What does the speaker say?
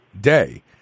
day